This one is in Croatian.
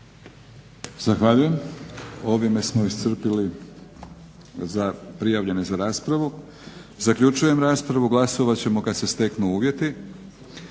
Zahvaljujem. Ovim smo iscrpili prijavljene za raspravu. Zaključujem raspravu. Glasovat ćemo kada se steknu uvjeti.